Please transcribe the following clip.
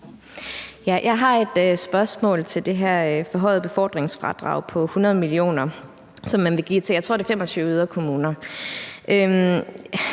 Jeg har et spørgsmål om det her forhøjede befordringsfradrag på 100 mio. kr., som man vil give til, jeg tror,